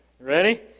Ready